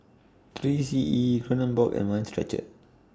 three C E Kronenbourg and Mind Stretcher